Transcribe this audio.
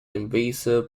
invasive